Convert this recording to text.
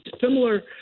similar